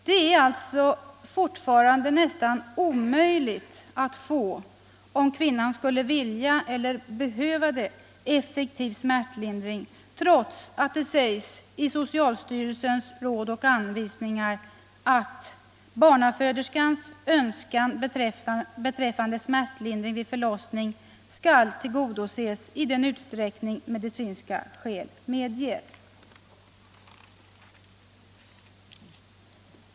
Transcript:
Det är alltså fortfarande nästan omöjligt för en kvinna att få effektiv smärtlindring, om hon skulle vilja eller behöva det, trots att det sägs i socialstyrelsens råd och anvisningar att ”barnaföderskans önskan beträffande smärtlindring vid förlossning skall tillgodoses i den utsträckning medicinska skäl medger”.